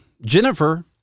Jennifer